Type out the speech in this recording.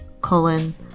colon